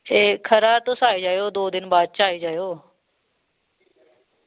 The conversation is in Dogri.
एह् खरा तुस आई जायो दो दिन बाद च आई जायो